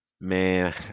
man